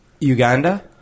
Uganda